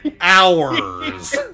hours